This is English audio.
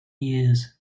years